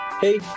Hey